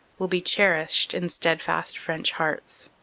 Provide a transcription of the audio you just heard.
will be cherished in steadfast french hearts.